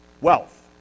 wealth